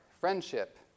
friendship